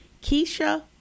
Keisha